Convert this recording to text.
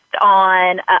on